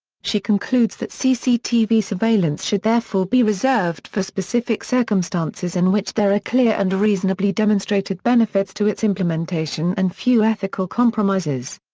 she concludes that cctv surveillance should therefore be reserved for specific circumstances in which there are clear and reasonably demonstrated benefits to its implementation and few ethical compromises.